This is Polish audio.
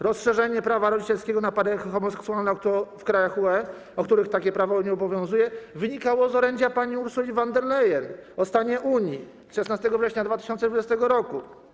Rozszerzenie prawa rodzicielskiego na pary homoseksualne w krajach UE, w których takie prawo nie obowiązuje, wynikało z orędzia pani Ursuli von der Leyen o stanie Unii z 16 września 2020 r.